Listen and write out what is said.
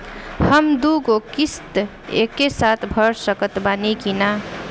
हम दु गो किश्त एके साथ भर सकत बानी की ना?